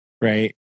right